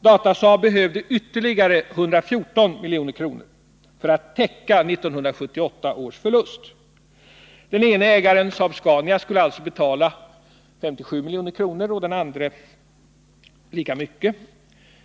Datasaab behövde ytterligare 114 milj.kr. för att täcka 1978 års förlust. Den ene ägaren, Saab-Scania, skulle betala 57 milj.kr. och den andre lika mycket,